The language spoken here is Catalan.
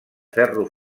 ferro